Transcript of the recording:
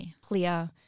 clear